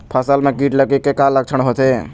फसल म कीट लगे के का लक्षण होथे?